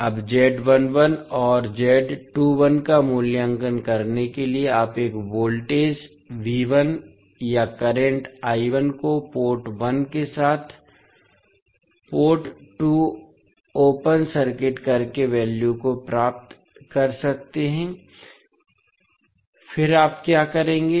अब और का मूल्यांकन करने के लिए आप एक वोल्टेज या करंट को पोर्ट 1 के साथ पोर्ट 2 ओपन सर्किट करके वैल्यू को पा सकते हैं फिर आप क्या करेंगे